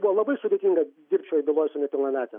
buvo labai sudėtinga dirbt šioj byloj su nepilnamete